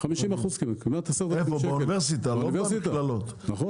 כמעט 50%. באוניברסיטה, לא במכללות, נכון?